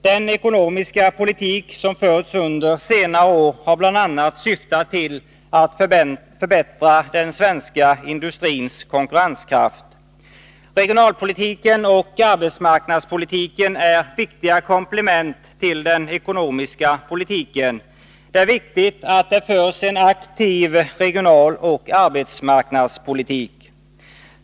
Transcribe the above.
Den ekonomiska politik som förts under senare år har bl.a. syftat till att förbättra den svenska industrins konkurrenskraft. Regionalpolitiken och arbetsmarknadspolitiken är viktiga komplement till den ekonomiska politiken. Det är viktigt att det förs en aktiv regionaloch arbetsmarknadspolitik.